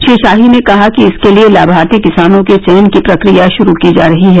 श्री ाही ने कहा कि इसके लिए लामार्थी किसानों के चयन की प्रक्रिया रू की जा रही है